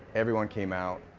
everyone came out,